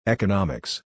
Economics